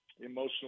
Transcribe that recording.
emotional